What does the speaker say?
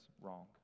wrong